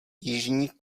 jižní